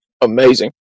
amazing